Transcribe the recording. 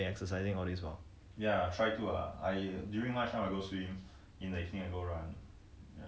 ya but are are you exercising or you have been exercising all this while